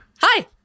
Hi